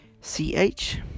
c-h